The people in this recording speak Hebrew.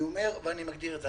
אני אומר ואני מגדיר את זה.